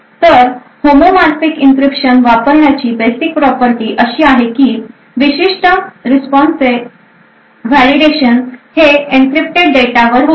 तर homomorphic encryption वापरण्याची basic property अशी आहे की विशिष्ट रिस्पॉन्सचे व्हॅलिडेशन हे एन्क्रिप्टेड डेटा वर होते